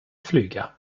fluga